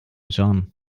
john